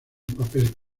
papel